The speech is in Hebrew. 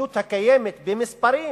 המדיניות הקיימת, במספרים